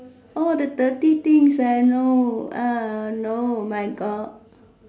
all the dirty things I know ah no my God